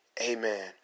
Amen